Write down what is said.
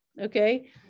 okay